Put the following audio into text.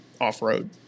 off-road